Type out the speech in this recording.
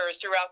throughout